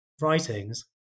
writings